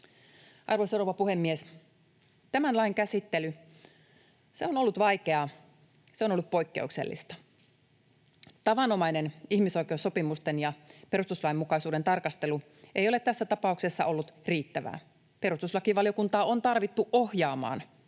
Arvoisa rouva puhemies! Tämän lain käsittely on ollut vaikeaa, se on ollut poikkeuksellista. Tavanomainen ihmisoikeussopimusten ja perustuslainmukaisuuden tarkastelu ei ole tässä tapauksessa ollut riittävää. Perustuslakivaliokuntaa on tarvittu ohjaamaan mietintöä